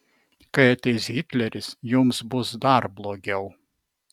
kai ateis hitleris jums bus dar blogiau